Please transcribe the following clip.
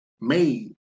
made